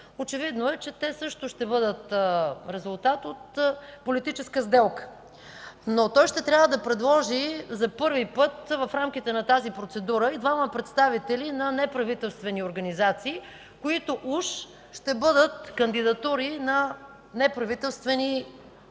Очевидно е, че те също ще бъдат резултат от политическа сделка. Той ще трябва да предложи за първи път в рамките на тази процедура и двама представители на неправителствени организации, които уж ще бъдат кандидатури на неправителствени организации.